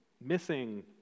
missing